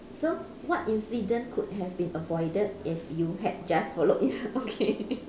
so what incident could have been avoided if you had just followed okay